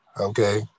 okay